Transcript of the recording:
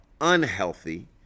unhealthy